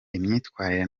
imyitwarire